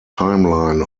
timeline